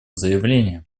заявление